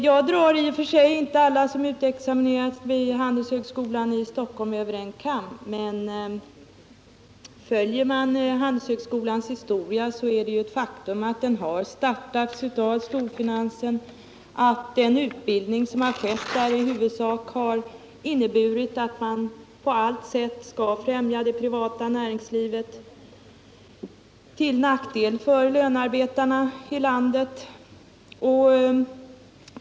Jag drar inte alla som utexamineras vid Handelshögskolan i Stockholm över en kam, men följer man Handelshögskolans historia finner man att det är ett faktum att Handelshögskolan har startats av storfinansen, att den utbildning som har skett där i huvudsak inneburit att man på allt sätt skall främja det privata näringslivet till nackdel för lönarbetarna i landet.